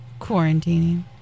Quarantining